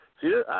See